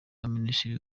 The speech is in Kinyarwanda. abaminisitiri